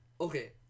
okay